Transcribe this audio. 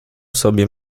sobie